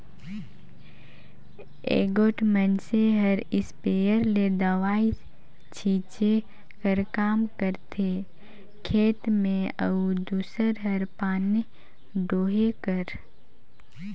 एगोट मइनसे हर इस्पेयर ले दवई छींचे कर काम करथे खेत में अउ दूसर हर पानी डोहे कर